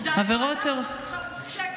עכשיו שקט.